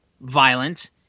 violent